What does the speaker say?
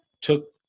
took